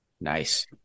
Nice